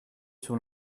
sur